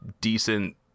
decent